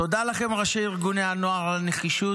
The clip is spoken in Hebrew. תודה לכם, ראשי ארגוני הנוער, על הנחישות.